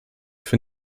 für